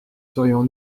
serions